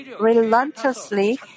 relentlessly